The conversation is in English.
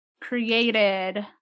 created